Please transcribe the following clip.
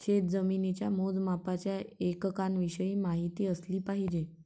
शेतजमिनीच्या मोजमापाच्या एककांविषयी माहिती असली पाहिजे